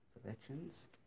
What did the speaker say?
selections